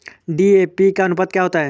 DAP का अनुपात क्या होता है?